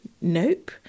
nope